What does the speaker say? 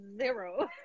zero